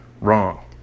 wrong